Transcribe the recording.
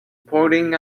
pointing